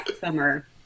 summer